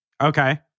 Okay